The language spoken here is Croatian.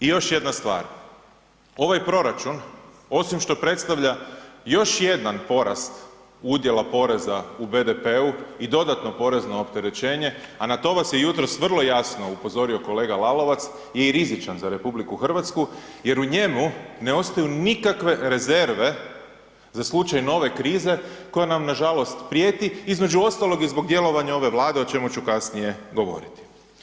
I još jedna stvar, ovaj proračun osim što predstavlja još jedan porast udjela poreza u BDP-u i dodatno porezno opterećenje a na to vas je jutro vrlo jasno upozorio kolega Lalovac je i rizičan za RH jer u njemu ne ostaju nikakve rezerve za slučaj nove krize koja nam nažalost prijeti između ostalog i zbog djelovanja ove Vlade o čemu ću kasnije govoriti.